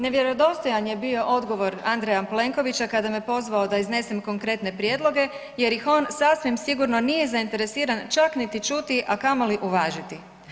Nevjerodostojan je bio odgovor Andreja Plenkovića kada me pozvao da iznesem konkretne prijedloge jer ih on sasvim sigurno nije zainteresiran čak niti čuti, a kamoli uvažiti.